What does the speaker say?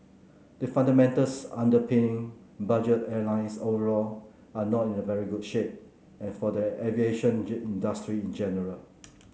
the fundamentals underpinning budget airlines overall are not in a very good shape and for the aviation industry in general